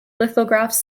lithographs